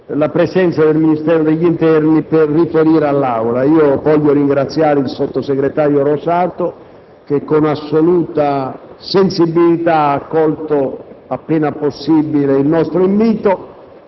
rappresentante del Ministero dell'interno per riferire all'Aula. Voglio ringraziare il sottosegretario Rosato che, con assoluta sensibilità, ha accolto, appena possibile, il nostro invito